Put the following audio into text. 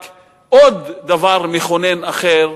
רק עוד דבר מכונן אחר,